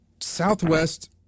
southwest